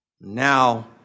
Now